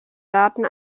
daten